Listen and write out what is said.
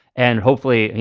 and hopefully,